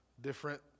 different